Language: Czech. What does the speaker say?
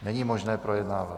Není možné projednávat.